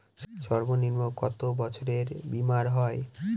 সর্বনিম্ন কত বছরের বীমার হয়?